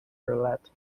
roulette